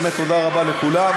באמת, תודה רבה לכולם.